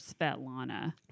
Svetlana